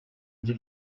ibyo